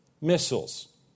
missiles